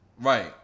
Right